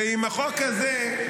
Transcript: ועם החוק הזה,